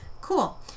Cool